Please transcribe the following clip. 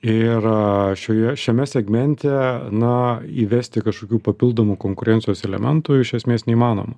ir šioje šiame segmente na įvesti kažkokių papildomų konkurencijos elementų iš esmės neįmanoma